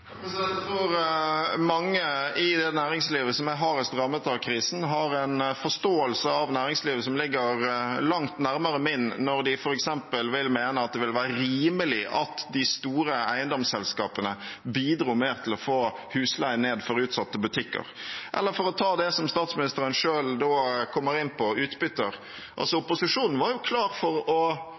Jeg tror mange i det næringslivet som er hardest rammet av krisen, har en forståelse av næringslivet som ligger langt nærmere min, når de f.eks. vil mene at det vil være rimelig at de store eiendomsselskapene bidro mer til å få husleien ned for utsatte butikker. Eller, for å ta det som statsministeren selv kom inn på, utbytter: Opposisjonen var klar for å